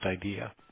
idea